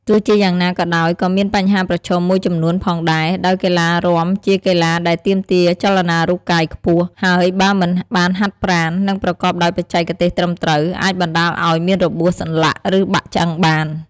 ទោះជាយ៉ាងណាក៏ដោយក៏មានបញ្ហាប្រឈមមួយចំនួនផងដែរ ដោយកីឡរាំជាកីឡាដែលទាមទារចលនារូបកាយខ្ពស់ ហើយបើមិនបានហាត់ប្រាណ និងប្រកបដោយបច្ចេកទេសត្រឹមត្រូវ អាចបណ្តាលឲ្យមានរបួសសន្លាក់ ឬបាក់ឆ្អឹងបាន។